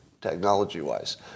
technology-wise